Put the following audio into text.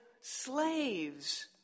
slaves